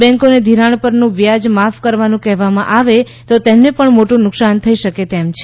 બેન્કોને ઘિરાણ પરનું વ્યાજ માફ કરવાનું કહેવામાં આવે તો તેમને પણ મોટું નુકસાન થઈ શકે તેમ છે